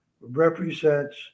represents